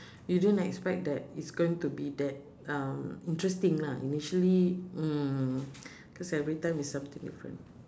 you didn't expect that it's going to be that um interesting lah initially mm cause everytime is something different